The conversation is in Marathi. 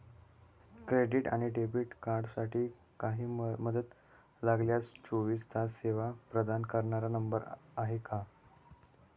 क्रेडिट आणि डेबिट कार्डसाठी काही मदत लागल्यास चोवीस तास सेवा प्रदान करणारा नंबर आहे का?